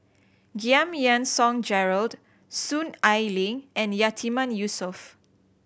Giam Yean Song Gerald Soon Ai Ling and Yatiman Yusof